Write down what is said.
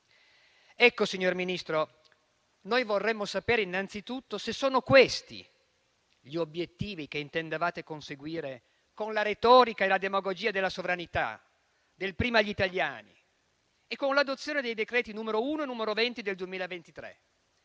Ecco, signor Ministro, noi vorremmo sapere innanzitutto se sono questi gli obiettivi che intendevate conseguire con la retorica e la demagogia della sovranità, del "prima gli italiani", e con l'adozione dei decreti n. 1 e n. 20 del 2023,